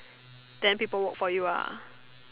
then people work for you ah